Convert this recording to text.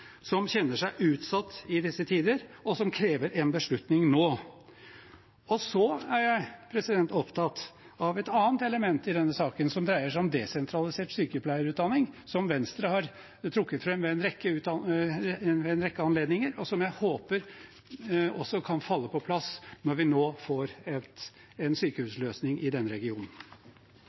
som kjenner seg utsatt i disse tider, og som krever en beslutning nå. Jeg er også opptatt av et annet element i denne saken. Det dreier seg om desentralisert sykepleierutdanning, som Venstre har trukket fram ved en rekke anledninger, og som jeg håper kan falle på plass når vi nå får en sykehusløsning i denne regionen.